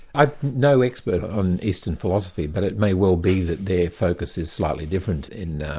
i'm no expert on eastern philosophy, but it may well be that their focus is slightly different in